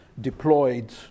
deployed